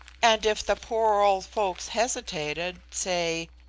and if the poor old folks hesitated say,